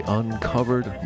uncovered